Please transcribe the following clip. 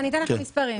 אתן מספרים.